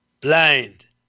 blind